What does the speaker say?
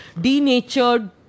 Denatured